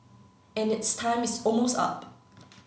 and its time is almost up